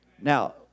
Now